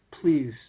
please